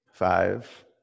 Five